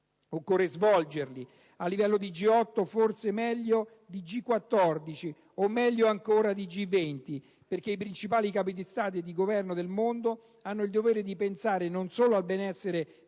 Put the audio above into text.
Occorre svolgerli a livello di G8, forse meglio di Gl4 o, meglio ancora, di G20, perché i principali Capi di Stato e di Governo del mondo hanno il dovere di pensare non solo al benessere delle